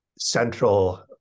central